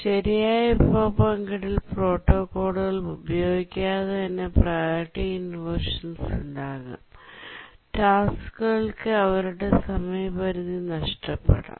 ശരിയായ വിഭവ പങ്കിടൽ പ്രോട്ടോക്കോളുകൾ ഉപയോഗിക്കാതെ തന്നെ പ്രിയോറിറ്റി ഇൻവെർഷൻസ് ഉണ്ടാകാം ടാസ്ക്കുകൾക്ക് അവരുടെ സമയപരിധി നഷ്ടപ്പെടാം